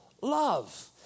love